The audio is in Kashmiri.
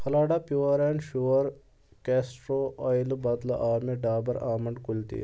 فَلاڈا پیوٗر اینڈ شوٗور کیٚسٹرو اۄیلہٕ بدٕلہٕ آو مےٚ ڈابَر آمنڈ کیوٗ تیٖل